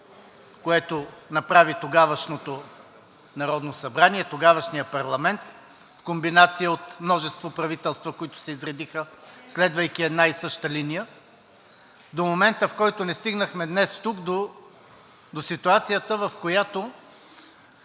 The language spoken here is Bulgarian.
което направи тогавашното Народно събрание, тогавашния парламент в комбинация от множество правителства, които се изредиха, следвайки една и съща линия, до момента, в който днес не стигнахме тук до ситуацията, в която